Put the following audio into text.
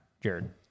Jared